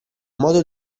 modo